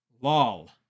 Lol